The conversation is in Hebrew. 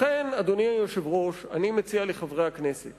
לכן, אדוני היושב-ראש, אני מציע לחברי הכנסת